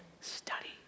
study